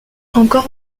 encore